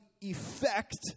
effect